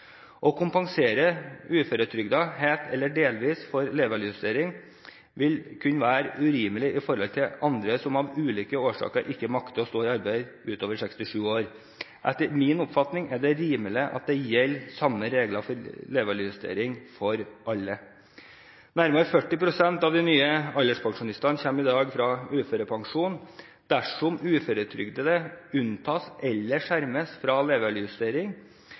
Å kompensere uføretrygdede helt eller delvis for levealdersjusteringen vil kunne være urimelig sammenliknet med andre som av ulike årsaker ikke makter å stå i arbeid utover 67 år. Etter min oppfatning er det rimelig at de samme reglene for levealdersjustering gjelder for alle. Nærmere 40 pst. av de nye alderspensjonistene kommer i dag fra uførepensjon. Dersom uføretrygdede unntas eller skjermes fra